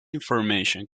information